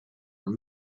were